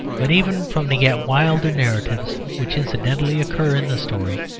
but even from the yet wilder narratives which incidentally occur in the story,